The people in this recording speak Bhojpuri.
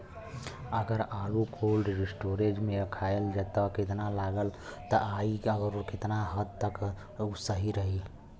अगर आलू कोल्ड स्टोरेज में रखायल त कितना लागत आई अउर कितना हद तक उ सही रही?